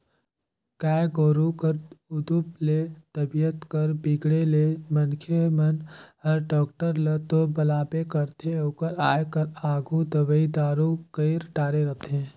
गाय गोरु कर उदुप ले तबीयत कर बिगड़े ले मनखे मन हर डॉक्टर ल तो बलाबे करथे ओकर आये कर आघु दवई दारू कईर डारे रथें